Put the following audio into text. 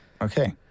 Okay